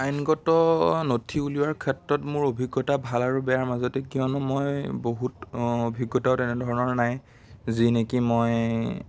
আইনগত নথি উলিওৱাৰ ক্ষেত্ৰত মোৰ অভিজ্ঞতা ভাল আৰু বেয়াৰ মাজতে কিয়নো মই বহুত অভিজ্ঞতাও তেনেধৰণৰ নাই যি নেকি মই